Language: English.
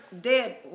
dead